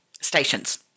stations